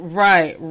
right